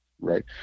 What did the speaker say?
right